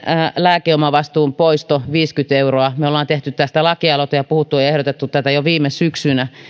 lääkeomavastuun poisto viisikymmentä euroa me olemme tehneet tästä lakialoitteen ja puhuneet ja ehdottaneet tätä jo viime syksynä